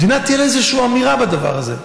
המדינה, תהיה לה איזושהי אמירה בדבר הזה?